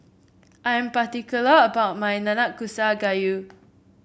I am particular about my Nanakusa Gayu